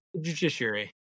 judiciary